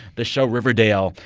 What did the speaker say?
the show riverdale,